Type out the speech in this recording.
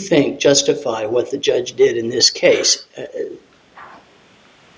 think justify what the judge did in this case